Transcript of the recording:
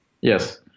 yes